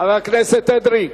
חבר הכנסת אדרי,